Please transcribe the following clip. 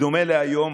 בדומה להיום,